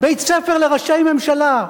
"בית-ספר לראשי ממשלה",